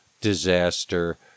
disaster